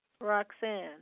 Roxanne